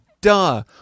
Duh